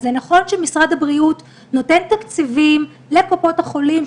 אז זה נכון שמשרד הבריאות נותן תקציבים לקופות החולים,